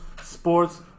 sports